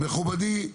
מכובדי,